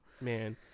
Man